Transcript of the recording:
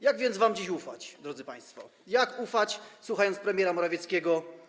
Jak więc wam dziś ufać, drodzy państwo, kiedy słuchamy premiera Morawieckiego?